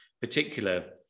particular